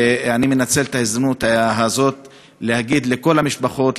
ואני מנצל את ההזדמנות הזאת להגיד לכל המשפחות,